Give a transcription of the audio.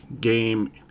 game